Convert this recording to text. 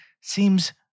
seems